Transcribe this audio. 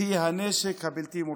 היא הנשק הבלתי-מורשה.